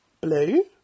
blue